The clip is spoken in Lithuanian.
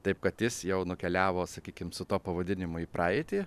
taip kad jis jau nukeliavo sakykim su tuo pavadinimu į praeitį